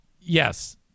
Yes